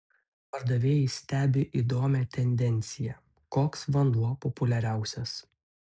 pardavėjai stebi įdomią tendenciją koks vanduo populiariausias